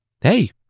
Hey